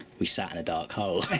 we sat in a dark hole.